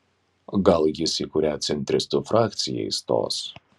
gal jis į kurią centristų frakciją įstos